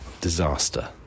Disaster